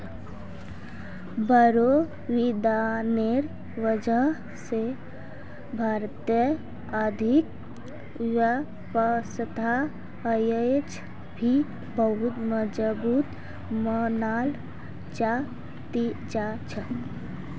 बोड़ो विद्वानेर वजह स भारतेर आर्थिक व्यवस्था अयेज भी बहुत मजबूत मनाल जा ती जा छ